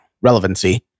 relevancy